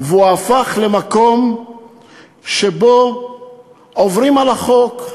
והוא הפך למקום שבו עוברים על החוק,